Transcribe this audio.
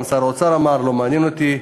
גם שר האוצר אמר: לא מעניין אותי,